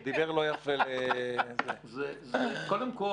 הוא דיבר לא יפה ל --- קודם כל,